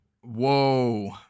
Whoa